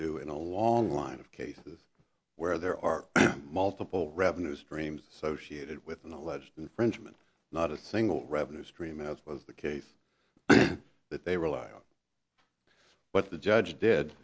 do in a long line of cases where there are multiple revenue streams associated with an alleged infringement not a single revenue stream as was the case that they relied on what the judge did